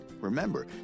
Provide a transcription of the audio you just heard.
Remember